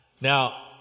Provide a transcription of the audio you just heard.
Now